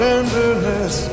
Tenderness